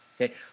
okay